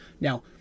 Now